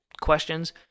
questions